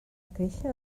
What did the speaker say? créixer